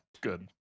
Good